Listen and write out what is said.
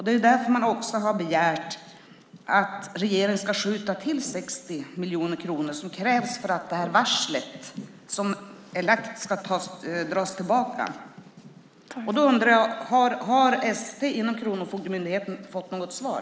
Det är därför man har begärt att regeringen ska skjuta till de 60 miljoner kronor som krävs för att det varsel som är lagt ska dras tillbaka. Har ST inom Kronofogdemyndigheten fått något svar?